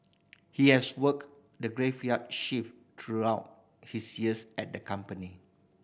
he has worked the graveyard shift throughout his years at the company